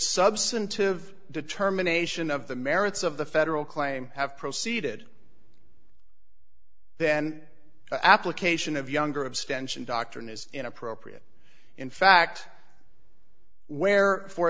substantive determination of the merits of the federal claim have proceeded then application of younger abstention doctrine is inappropriate in fact where for